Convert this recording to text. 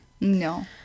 no